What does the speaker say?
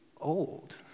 Old